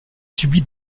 subit